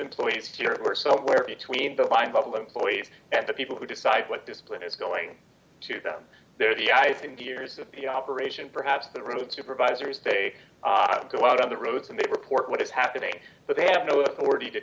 employees to or so where between the lines of employees and the people who decide what discipline is going to them they're the eyes and ears of the operation perhaps the road supervisors they go out on the roads and they report what is happening but they have no authority to